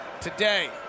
today